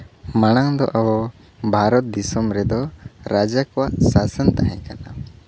ᱢᱟᱲᱟᱝ ᱫᱚ ᱟᱵᱚ ᱵᱷᱟᱨᱚᱛ ᱫᱤᱥᱚᱢ ᱨᱮᱫᱚ ᱨᱟᱡᱟ ᱠᱚᱣᱟᱜ ᱥᱟᱥᱚᱱ ᱛᱟᱦᱮᱸ ᱠᱟᱱᱟ